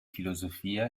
filosofia